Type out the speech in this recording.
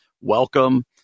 Welcome